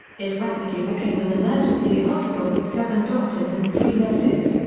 it rapidly became an emergency hospital with seven doctors and three nurses.